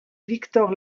victor